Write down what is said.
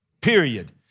period